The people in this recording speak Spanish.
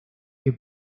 que